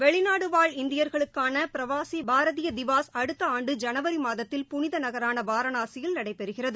வெளிநாடு வாழ் இந்தியர்களுக்கான பிரவாசி பாரதிய திவாஸ் அடுத்த ஆண்டு ஜனவரி மாதத்தில் புனித நகரான வாரணாசியில் நடைபெறுகிறது